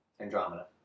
Andromeda